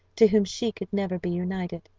to whom she could never be united.